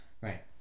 right